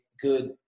good